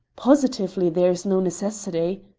positively, there is no necessity,